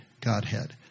Godhead